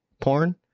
porn